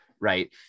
right